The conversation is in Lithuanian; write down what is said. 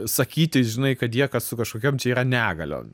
sakyti žinai kad jie kad su kažkokiom čia yra negaliom